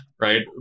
right